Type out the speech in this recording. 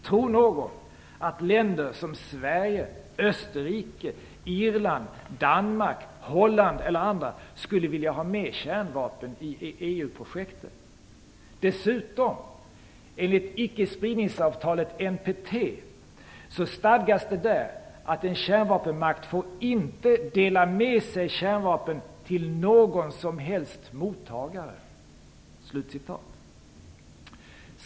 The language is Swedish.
Tror någon att länder som Sverige, Österrike, Irland, Danmark eller Holland skulle vilja ha med kärnvapen i EU-projektet? I ickespridningsavtalet NPT stadgas dessutom att en kärnvapenmakt inte får dela med sig av kärnvapen - inte till någon som helst mottagare.